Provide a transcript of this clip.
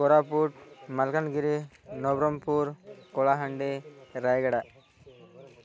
Koraput Malkangiri Nabarangpur Kalahandi Rayagada